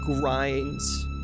grinds